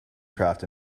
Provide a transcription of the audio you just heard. craft